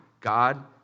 God